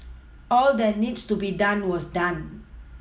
all that needs to be done was done